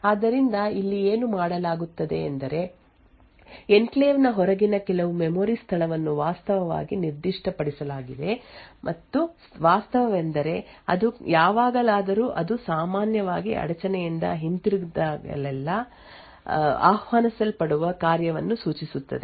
ಆದ್ದರಿಂದ ಇಲ್ಲಿ ಏನು ಮಾಡಲಾಗುತ್ತದೆ ಎಂದರೆ ಎನ್ಕ್ಲೇವ್ ನ ಹೊರಗಿನ ಕೆಲವು ಮೆಮೊರಿ ಸ್ಥಳವನ್ನು ವಾಸ್ತವವಾಗಿ ನಿರ್ದಿಷ್ಟಪಡಿಸಲಾಗಿದೆ ಮತ್ತು ವಾಸ್ತವವೆಂದರೆ ಅದು ಯಾವಾಗಲಾದರೂ ಅದು ಸಾಮಾನ್ಯವಾಗಿ ಅಡಚಣೆಯಿಂದ ಹಿಂತಿರುಗಿದಾಗಲೆಲ್ಲಾ ಆಹ್ವಾನಿಸಲ್ಪಡುವ ಕಾರ್ಯವನ್ನು ಸೂಚಿಸುತ್ತದೆ